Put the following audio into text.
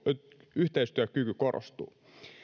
yhteistyökyky korostuvat